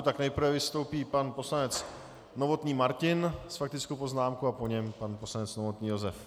Tak nejprve vystoupí pan poslanec Novotný Martin s faktickou poznámkou a po něm pan poslanec Novotný Josef.